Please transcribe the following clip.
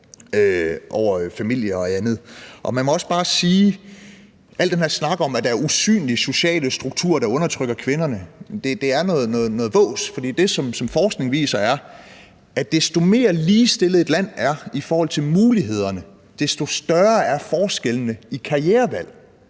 over familie og andet. Man må også bare sige, at al den her snak om, at der er usynlige sociale strukturer, der undertrykker kvinderne, er noget vås, for det, som forskningen viser, er, at desto mere ligestillet et land er i forhold til mulighederne, desto større er forskellene i karrierevalg,